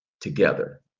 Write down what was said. together